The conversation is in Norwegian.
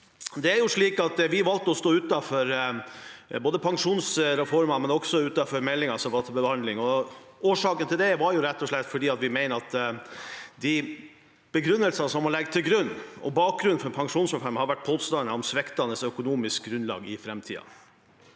Brenna. Vi valgte å stå utenfor både pensjonsreformen og meldingen som var til behandling. Årsaken til det var rett og slett at vi mener begrunnelsene man legger til grunn, og bakgrunnen for pensjonsreformen, har vært påstander om sviktende økonomisk grunnlag i framtiden.